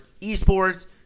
esports